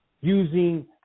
using